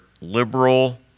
liberal